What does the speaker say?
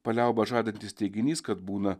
paliaubas žadantis teiginys kad būna